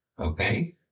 okay